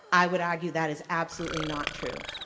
i would argue that is absolutely not true.